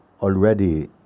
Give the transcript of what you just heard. already